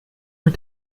mit